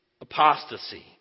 apostasy